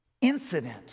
incident